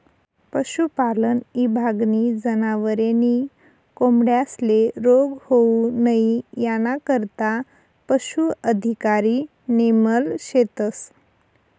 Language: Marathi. पशुपालन ईभागनी जनावरे नी कोंबड्यांस्ले रोग होऊ नई यानाकरता पशू अधिकारी नेमेल शेतस